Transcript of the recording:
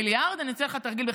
אני אעשה לך תרגיל בחשבון.